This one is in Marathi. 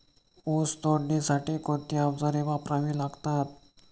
ऊस तोडणीसाठी कोणती अवजारे वापरावी लागतात?